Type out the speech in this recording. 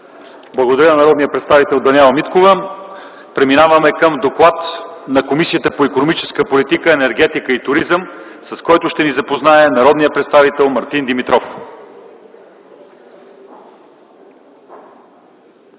Благодаря на народния представител Даниела Миткова. Преминаваме към доклад на Комисията по икономическа политика, енергетика и туризъм, с който ще ни запознае народният представител Мартин Димитров.